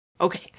Okay